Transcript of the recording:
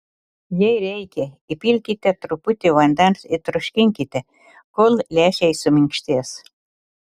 jei reikia įpilkite truputį vandens ir troškinkite kol lęšiai suminkštės